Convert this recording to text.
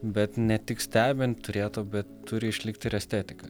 bet ne tik stebint turėtų bet turi išlikti ir estetika